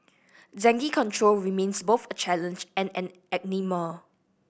dengue control remains both a challenge and an enigma